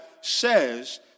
says